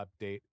update